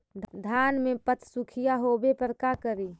धान मे पत्सुखीया होबे पर का करि?